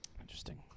Interesting